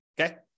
okay